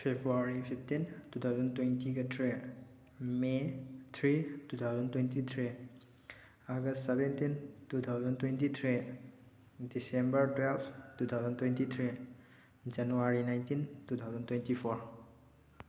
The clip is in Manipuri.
ꯐꯦꯕꯋꯥꯔꯤ ꯐꯤꯞꯇꯤꯟ ꯇꯨ ꯊꯥꯎꯖꯟ ꯇ꯭ꯋꯦꯟꯇꯤꯒ three May three two thousand twenty three August seventeen two thousand twenty three December ꯇꯨꯌꯦꯜꯕ two thousand twenty three January nineteen two thousand twenty four